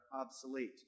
obsolete